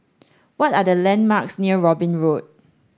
what are the landmarks near Robin Road